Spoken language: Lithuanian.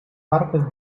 parkas